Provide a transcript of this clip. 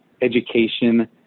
education